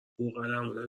بوقلمونت